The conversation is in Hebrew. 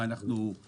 מה, אנחנו באפריקה.